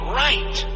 right